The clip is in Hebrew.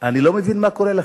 אני לא מבין מה קורה לכם.